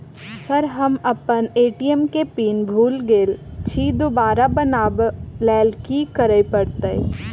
Sir हम अप्पन ATM केँ पिन भूल गेल छी दोबारा बनाब लैल की करऽ परतै?